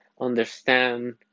understand